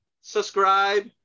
Subscribe